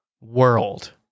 world